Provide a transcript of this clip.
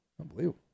unbelievable